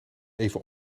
even